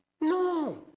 No